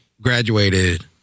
graduated